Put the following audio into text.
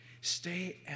Stay